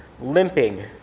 limping